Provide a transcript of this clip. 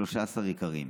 ב-13 עיקרים,